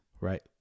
Right